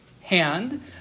hand